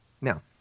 Now